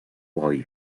while